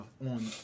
on